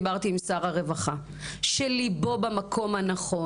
כולנו יודעים פה במדינה שיש מענקים על סוגיות הרבה פחות קשות.